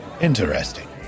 interesting